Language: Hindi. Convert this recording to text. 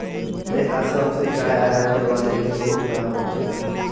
मैं असम से चाय आयात करवाने की सोच रहा हूं